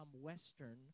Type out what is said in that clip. Western